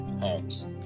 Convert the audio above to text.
homes